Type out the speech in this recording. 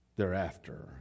Thereafter